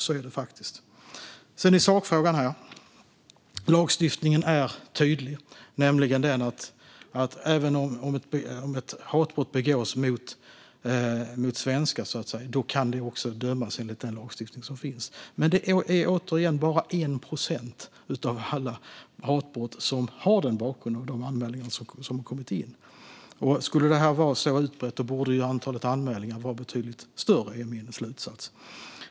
Så är det. När det gäller sakfrågan är lagstiftningen tydlig. Även om ett hatbrott begås mot svenskar kan det dömas enligt den lagstiftning som finns. Men det är återigen bara 1 procent av alla anmälningar om hatbrott som har kommit in som har den bakgrunden. Om det skulle vara så utbrett borde antalet anmälningar vara betydligt större. Det är min slutsats.